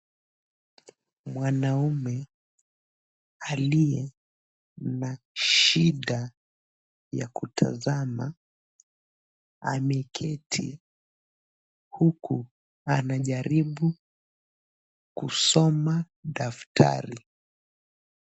Mwanaume aliye na shida ya kutazama ameketi huku anajaribu kusoma daftari.